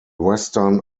western